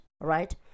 right